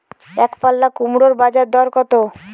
একপাল্লা কুমড়োর বাজার দর কত?